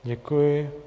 Děkuji.